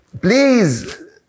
please